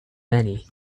money